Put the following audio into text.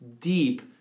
deep